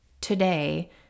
today